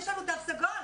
יש לנו תו סגול.